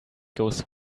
goes